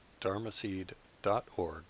dharmaseed.org